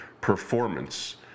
performance